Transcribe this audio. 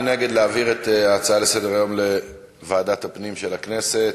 מי נגד להעביר את ההצעה לסדר-היום לוועדת הפנים של הכנסת?